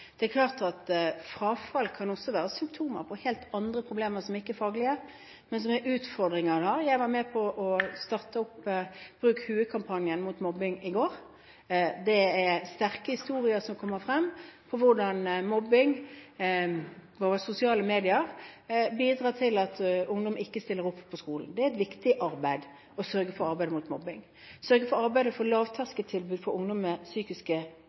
Det er klart at frafall også kan være symptomer på helt andre problemer, som ikke er faglige, men som er utfordringer. Jeg var med på å starte opp Bruk Hue-kampanjen mot mobbing i går. Det er sterke historier som kommer frem om hvordan mobbing på sosiale medier bidrar til at ungdom ikke stiller opp på skolen. Det er viktig å sørge for å arbeide mot mobbing. Å sørge for å arbeide for lavterskeltilbud for ungdom med hensyn til psykisk